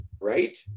Right